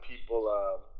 people